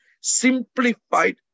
simplified